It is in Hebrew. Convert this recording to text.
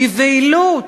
בבהילות.